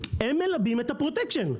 הם מלבים את הפרוטקשן.